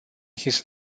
his